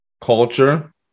culture